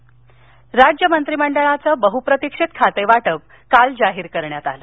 मंत्रीमंडळ खातेवाटप राज्य मंत्रीमंडळाचं बहुप्रतिक्षित खातेवाटप काल जाहीर करण्यात आलं